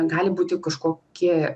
gali būti kažkokie